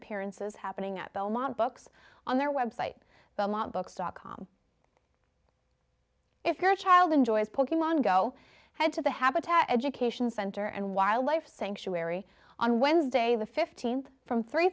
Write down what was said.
appearances happening at belmont books on their website belmont books dot com if your child enjoys poking fun go head to the habitat education center and wildlife sanctuary on wednesday the fifteenth from three